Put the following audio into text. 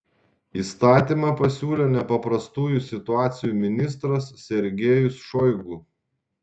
įstatymą pasiūlė nepaprastųjų situacijų ministras sergejus šoigu